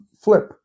flip